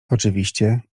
oczywiście